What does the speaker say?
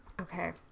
Okay